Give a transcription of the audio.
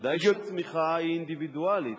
ודאי שהתמיכה היא אינדיבידואלית.